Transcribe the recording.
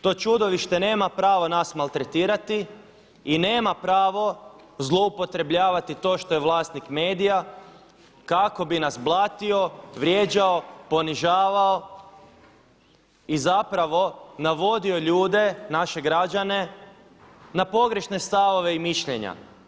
To čudovište nema pravo nas maltretirati i nema pravo zloupotrebljavati to što je vlasnik medija kako bi nas blatio, vrijeđao, ponižavao i zapravo navodio ljude naše građane na pogrešne stavove i mišljenja.